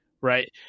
Right